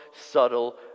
subtle